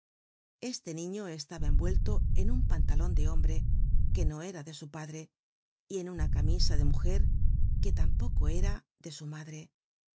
este niño estaba envuelto en un pantalon de hombre que no era de su padre y en una camisa de mujer que tampoco era de su madre